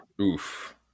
Oof